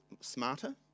smarter